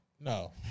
No